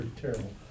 terrible